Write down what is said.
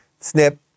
snip